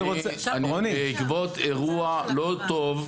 בעקבות אירוע לא טוב,